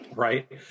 Right